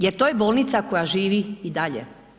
Jer to je bolnica koja živi i dalje.